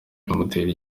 bimutera